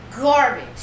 garbage